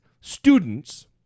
students